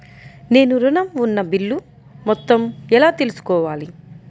నేను ఋణం ఉన్న బిల్లు మొత్తం ఎలా తెలుసుకోవాలి?